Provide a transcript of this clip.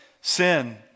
sin